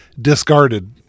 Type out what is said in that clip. discarded